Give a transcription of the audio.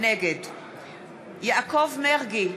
נגד יעקב מרגי,